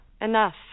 enough